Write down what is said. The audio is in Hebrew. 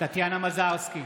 טטיאנה מזרסקי,